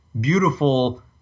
beautiful